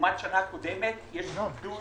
לעומת שנה קודמת, יש גידול